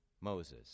Moses